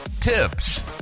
tips